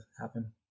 happen